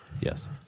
Yes